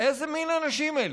איזה מין אנשים אלה?